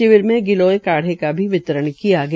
शिविर में गिलोज काढ़े का भी वितरण किया गया